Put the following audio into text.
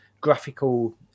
graphical